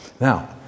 Now